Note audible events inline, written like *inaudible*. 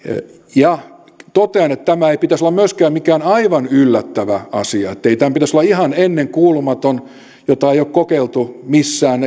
ja totean että tämän ei pitäisi olla myöskään mikään aivan yllättävä asia ei tämän pitäisi olla ihan ennenkuulumaton jota ei ole kokeiltu missään *unintelligible*